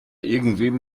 irgendwem